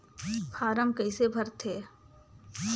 Form कइसे भरते?